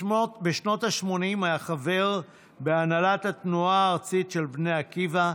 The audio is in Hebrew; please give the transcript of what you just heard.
בשנות השמונים היה חבר בהנהלת התנועה הארצית של בני עקיבא.